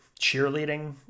cheerleading